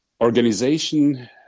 organization